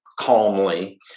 calmly